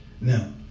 Now